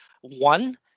one